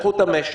תפתחו את המשק,